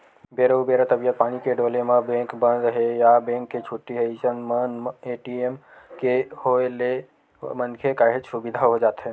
बेरा उबेरा तबीयत पानी के डोले म बेंक बंद हे या बेंक के छुट्टी हे अइसन मन ए.टी.एम के होय ले मनखे काहेच सुबिधा हो जाथे